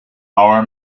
our